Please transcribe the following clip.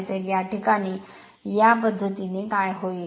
तर या प्रकरणात या पद्धतीने काय होईल